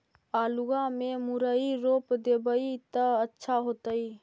आलुआ में मुरई रोप देबई त अच्छा होतई?